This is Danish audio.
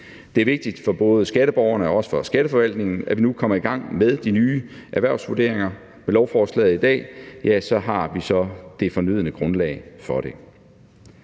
Det er vigtigt både for skatteborgerne og også for skatteforvaltningen, at vi nu kommer i gang med de nye erhvervsvurderinger. Med lovforslaget i dag har vi så det fornødne grundlag for det.